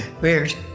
weird